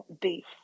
beef